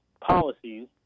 policies –